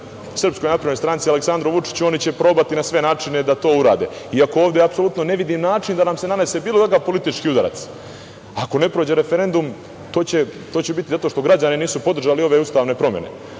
neki udarac SNS i Aleksandru Vučiću, oni će probati na sve načine da to urade, iako ovde apsolutno ne vidim način da nam se nanese bilo kakav politički udarac. Ako ne prođe referendum, to će biti zato što građani nisu podržali ove ustavne promene,